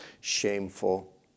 shameful